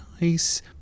nice